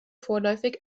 vorläufig